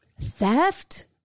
Theft